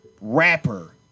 Rapper